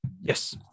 Yes